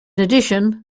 addition